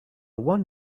one